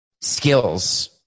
skills